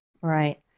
Right